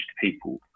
people